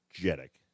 energetic